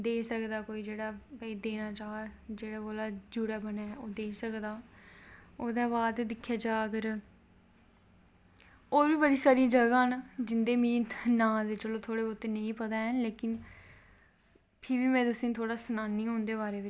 मन्दर दे टॉप उप्पर इक झंडा ऐ ओह् हमेशा जिस साईड हवा चला दी होग उस दी उल्टी साईड ओह् लैहरांदा ऐ झंडा ते एह् बी जगन नाथ पुरी जी दी कृपा ऐ ते कन्नै आखदे मन्दर दे उप्पर पक्षी जां कदैं बी कोई जहाज टप्पियै नी जंदा